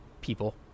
people